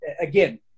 again